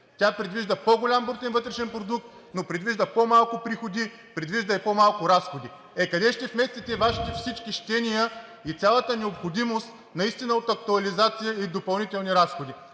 Тя предвижда по-голям брутен вътрешен продукт, но предвижда по-малко приходи, предвижда и по-малко разходи. Е, къде ще вместите Вашите всички щения и цялата необходимост наистина от актуализация и допълнителни разходи?!